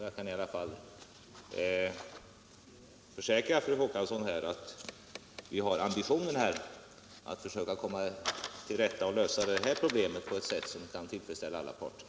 Jag kan i varje fall försäkra fru Håkansson att vi har ambitionen att komma till rätta med problemet och få en lösning som kan tillfredsställa alla parter.